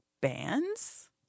bands